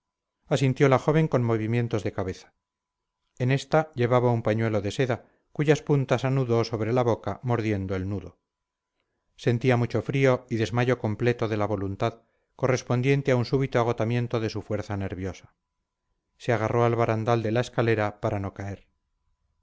asintió la joven con movimientos de cabeza en esta llevaba un pañuelo de seda cuyas puntas anudó sobre la boca mordiendo el nudo sentía mucho frío y desmayo completo de la voluntad correspondiente a un súbito agotamiento de su fuerza nerviosa se agarró al barandal de la escalera para no caer